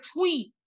tweet